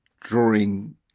drawing